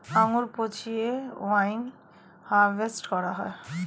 আঙ্গুর পচিয়ে wine harvest করা হয়